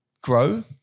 grow